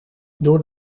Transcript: door